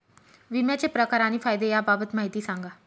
विम्याचे प्रकार आणि फायदे याबाबत माहिती सांगा